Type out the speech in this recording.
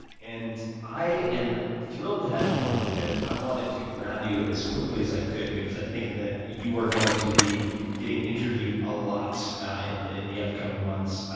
and i am thrilled to have you on because i wanted to grab you as quickly as i could, because i think that you are going to be getting interviewed a lot in the in the upcoming months,